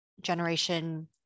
generation